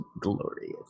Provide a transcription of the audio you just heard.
Glorious